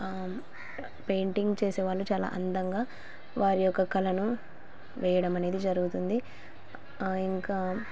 painting చేసేవాళ్ళు చాలా అందంగా వారి యొక్క కళను వేయడం అనేది జరుగుతుంది ఇంకా